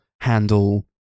handle